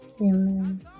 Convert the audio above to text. Amen